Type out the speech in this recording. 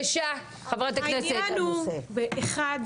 העניין הוא שהם